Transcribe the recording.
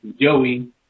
joey